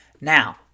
Now